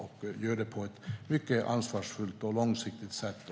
Man gör det på ett mycket ansvarsfullt och långsiktigt sätt.